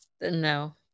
no